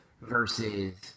versus